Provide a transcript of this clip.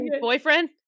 boyfriend